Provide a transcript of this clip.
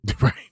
Right